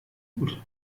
gut